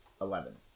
Eleven